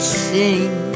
sing